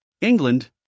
England